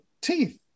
teeth